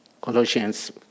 Colossians